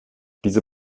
diese